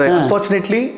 Unfortunately